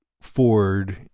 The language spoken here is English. Ford